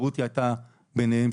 רותי הייתה ביניהם,